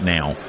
now